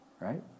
Right